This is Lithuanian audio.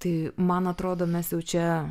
tai man atrodo mes jau čia